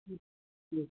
ഉം ഉം